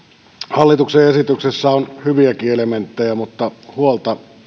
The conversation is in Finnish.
hallituksen esityksessä on hyviäkin elementtejä mutta huolta